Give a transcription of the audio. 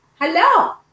Hello